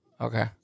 Okay